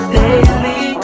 daily